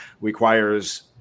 requires